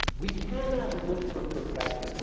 we cannot look for perfection.